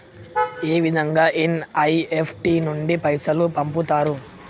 ఏ విధంగా ఎన్.ఇ.ఎఫ్.టి నుండి పైసలు పంపుతరు?